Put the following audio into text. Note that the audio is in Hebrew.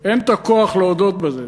אין את הכוח להודות בזה.